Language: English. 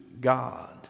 God